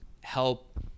help